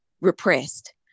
repressed